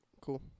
Cool